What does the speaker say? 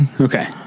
Okay